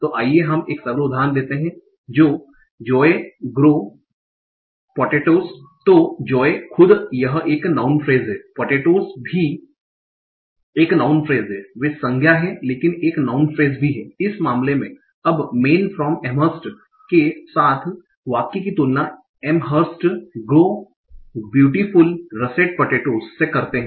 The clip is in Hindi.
तो आइए हम एक सरल उदाहरण लेते हैं जो जोए ग्रो पॅटेटोस तो जोए खुद यह एक नाउँन फ्रेस है पॅटेटोस भी एक नाउँन फ्रेस हैवे संज्ञा हैं लेकिन एक नाउँन फ्रेस भी हैं इस मामले में अब मैन फ्राम एमहर्स्ट के साथ वाक्य की तुलना Amherst grow beautiful russet potatoes से करते हैं